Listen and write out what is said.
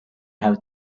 have